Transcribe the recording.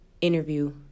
interview